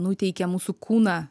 nuteikia mūsų kūną